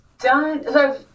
done